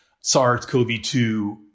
SARS-CoV-2